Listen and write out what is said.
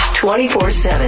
24-7